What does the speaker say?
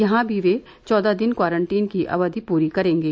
यहां भी ये चौदह दिन क्वारंटीन की अवधि पूरी करेंगे